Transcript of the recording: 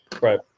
right